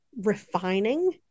refining